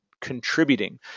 contributing